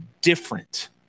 different